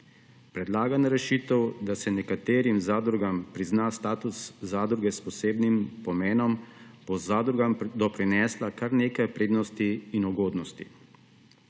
Predlagana rešitev, da se nekaterim zadrugam prizna status zadruge s posebnim pomenom, bo zadrugam doprinesla kar nekaj prednosti in ugodnosti.